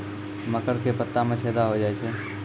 मकर के पत्ता मां छेदा हो जाए छै?